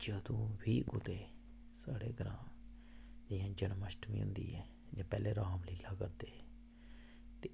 जदूं बी कुदै साढ़े ग्रांऽ जन्मअष्टमीं होंदी ऐ ते पैह्लें रामलीला करदे हे